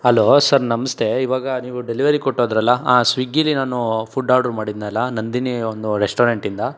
hello sir ನಮಸ್ತೆ ಇವಾಗ ನೀವು ಡೆಲಿವರಿ ಕೊಟ್ಟೋದರಲ್ಲ ಆ ಸ್ವಿಗ್ಗಿಲಿ ನಾನು ಫುಡ್ ಆರ್ಡ್ರ್ ಮಾಡಿದ್ನಲ್ಲ ನಂದಿನಿ ಒಂದು ರೆಸ್ಟೋರೆಂಟಿಂದ